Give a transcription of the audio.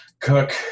Cook